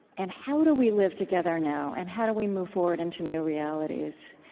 and how do we live together now, and how do we move forward into new realities.